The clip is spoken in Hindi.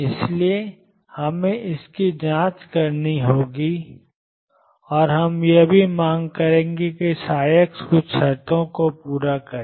इसलिए हमें इसकी जांच करनी होगी और हम यह भी मांग करते हैं कि ψ कुछ शर्तों को पूरा करे